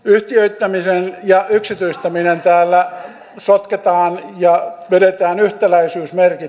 yhtiöittäminen ja yksityistäminen täällä sotketaan vedetään yhtäläisyysmerkit